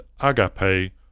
agape